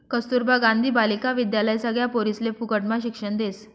कस्तूरबा गांधी बालिका विद्यालय सगळ्या पोरिसले फुकटम्हा शिक्षण देस